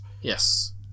Yes